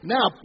Now